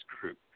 group